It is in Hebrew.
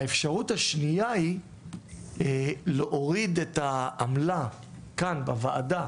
האפשרות השנייה היא להוריד את העמלה כאן בוועדה